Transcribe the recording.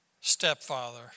stepfather